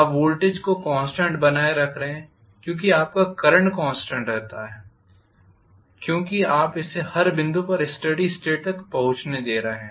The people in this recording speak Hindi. आप वोल्टेज को कॉन्स्टेंट बनाए रख रहे हैं क्योंकि आपका करंट कॉन्स्टेंट रहता है क्योंकि आप इसे हर बिंदु पर स्टेडी स्टेट तक पहुंचने दे रहे हैं